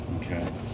okay